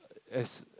err as